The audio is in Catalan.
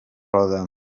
roda